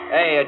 Hey